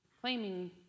claiming